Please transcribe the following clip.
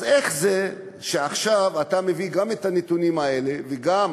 אז איך זה שעכשיו אתה מביא גם את הנתונים האלה וגם